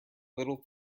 little